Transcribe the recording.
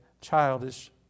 childish